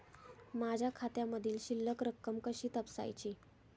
माझ्या खात्यामधील शिल्लक रक्कम कशी तपासायची?